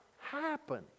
happen